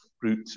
fruit